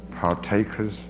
partakers